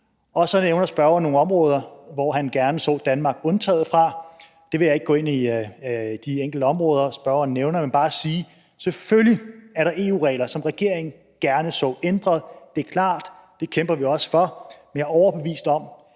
Så nævner spørgeren nogle områder, hvor han gerne så Danmark undtaget. Jeg vil ikke gå ind på de enkelte områder, spørgeren nævner, men bare sige, at der selvfølgelig er EU-regler, som regeringen gerne så ændret. Det er klart, og det kæmper vi også for, men jeg er overbevist om,